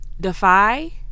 defy